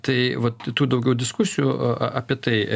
tai vat tų daugiau diskusijų apie tai